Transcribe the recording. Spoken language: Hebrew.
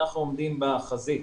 אנחנו עומדים בחזית